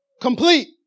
Complete